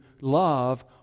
love